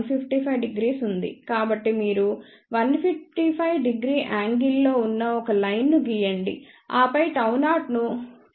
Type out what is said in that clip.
కాబట్టి మీరు 155º యాంగిల్ లో ఉన్న ఒక లైన్ ను గీయండి ఆపై Γ0 ను 480